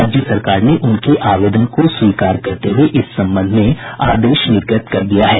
राज्य सरकार ने उनके आवेदन को स्वीकार करते हुये इस संबंध में आदेश निर्गत कर दिया है